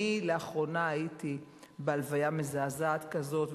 לאחרונה הייתי בהלוויה מזעזעת כזאת,